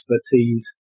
expertise